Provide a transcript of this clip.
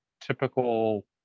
typical